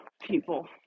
people